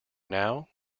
now